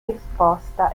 risposta